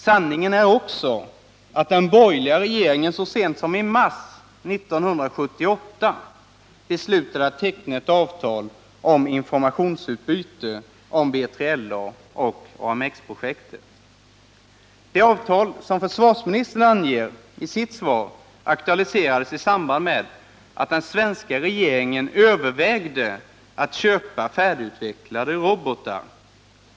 Sanningen är också att den borgerliga regeringen så sent som i mars 1978 beslutade att teckna ett avtal om informationsutbyte angående B3LA och AMX-projektet. Det avtal som försvarsministern anger i sitt svar aktualiserades i samband med att den svenska regeringen övervägde att köpa färdigutvecklade robotar.